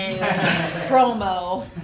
promo